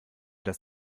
das